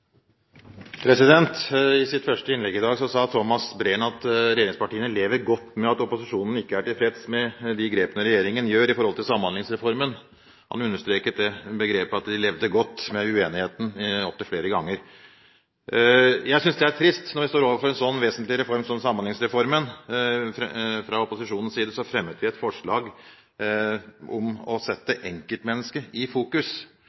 tilfreds med de grepene regjeringen gjør i forhold til Samhandlingsreformen. Han understreket begrepet «tåler godt» uenigheten opptil flere ganger. Jeg synes det er trist når vi står overfor en så vesentlig reform som Samhandlingsreformen. Fra opposisjonens side fremmet vi et forslag om «å sette enkeltmennesket i fokus»